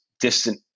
distant